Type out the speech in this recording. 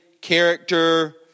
character